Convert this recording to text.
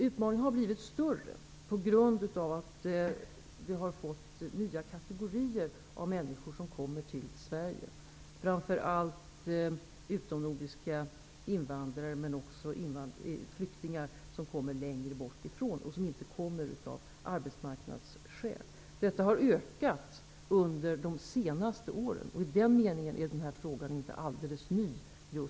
Utmaningen har blivit större på grund av att nya kategorier människor som kommer till Sverige, framför allt utomnordiska invandrare men också flyktingar som kommer längre bortifrån och som inte kommer av arbetsmarknadsskäl. Detta har ökat under de senaste åren. I den meningen är frågan inte alldeles ny.